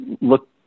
look